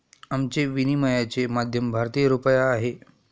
आमचे विनिमयाचे माध्यम भारतीय रुपया आहे